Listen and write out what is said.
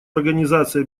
организации